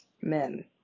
Men